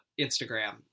Instagram